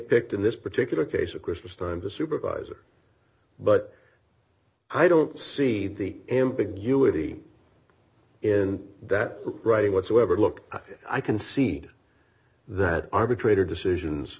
picked in this particular case a christmastime to supervisor but i don't see the ambiguity in that writing whatsoever look i can see that arbitrator decisions